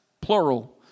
plural